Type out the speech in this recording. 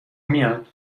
میاد